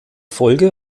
folge